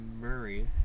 Murray